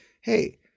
hey